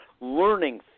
learning